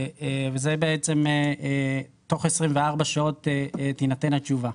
וזה בעצם תוך 24 שעות תינתן התשובה.